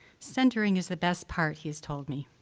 centering is the best part, he has told me.